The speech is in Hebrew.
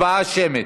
הצבעה שמית.